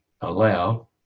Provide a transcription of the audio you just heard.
allow